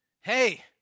Hey